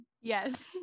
Yes